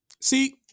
See